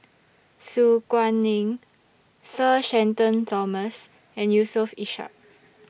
Su Guaning Sir Shenton Thomas and Yusof Ishak